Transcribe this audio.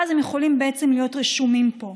ואז הם יכולים להיות רשומים פה.